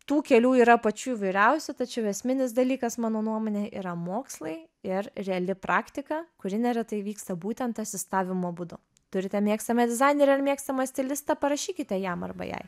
tų kelių yra pačių įvairiausių tačiau esminis dalykas mano nuomone yra mokslai ir reali praktika kuri neretai įvyksta būtent asistavimo būdu turite mėgstame dizainerę ar mėgstamą stilistą parašykite jam arba jai